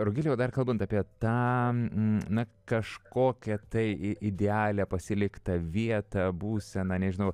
rugile o dar kalbant apie tą na kažkokią tai idealią pasiliką vietą būseną nežinau